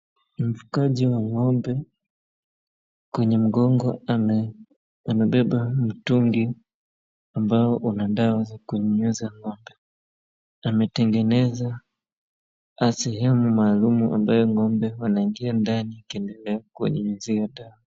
Mfugaji wa ng'ombe kwenye mgongo amebeba mtungi ambao una dawa za kunyunyuza ng'ombe. Ametengeneza sehemu mahalum ambayo ng'ombe wanaingia ndani akiendelea kuwanyunyuzia dawa.